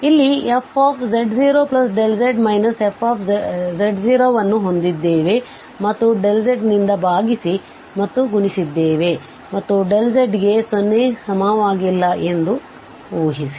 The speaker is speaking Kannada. ಆದ್ದರಿಂದ ಇಲ್ಲಿ fz0z fz0 ಅನ್ನು ಹೊಂದಿದ್ದೇವೆ ಮತ್ತು z ನಿಂದ ಭಾಗಿಸಿ ಮತ್ತು ಗುಣಿಸಿದ್ದೇವೆ ಮತ್ತು z ಗೆ 0 ಸಮವಾಗಿಲ್ಲ ಎಂದು ಊಹಿಸಿ